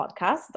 podcast